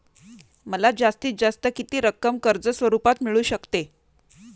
मला जास्तीत जास्त किती रक्कम कर्ज स्वरूपात मिळू शकते?